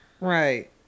Right